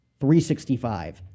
365